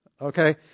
Okay